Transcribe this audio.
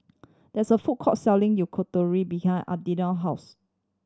there is a food court selling behind house